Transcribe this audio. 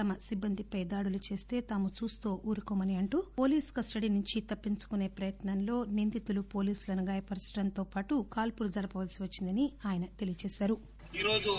తమ సిబృందిపై దాడులు చేస్తే తాము చూస్తూ ఊరుకోమని అంటూ పోలీసు కస్టడీ నుంచి తప్పించుకునే ప్రయత్నంలో వారు పోలీసులను గాయపరచడంతో కాల్పులు జరపాల్సి వచ్చిందని ఆయన తెలియచేశారు